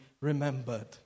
remembered